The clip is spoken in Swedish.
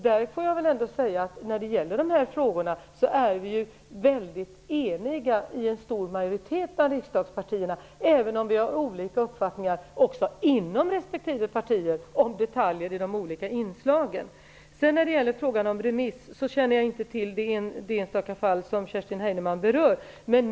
I dessa frågor är vi väldigt eniga i en stor majoritet av riksdagspartierna, även om vi har olika uppfattningar också inom respektive partier om detaljer i de olika inslagen. När det sedan gäller frågan om remiss känner jag inte till det enstaka fall som Kerstin Heinemann berör.